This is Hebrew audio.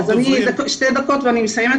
אז אני שתי דקות ואני מסיימת,